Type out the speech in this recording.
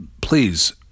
please